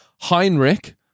Heinrich